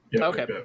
Okay